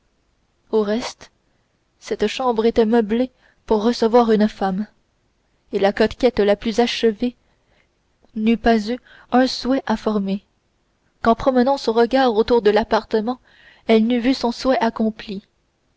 au reste cette chambre était meublée pour recevoir une femme et la coquette la plus achevée n'eût pas eu un souhait à former qu'en promenant son regard autour de l'appartement elle n'eût vu son souhait accompli